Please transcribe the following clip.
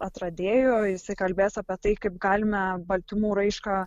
atradėjų jisai kalbės apie tai kaip galime baltymų raišką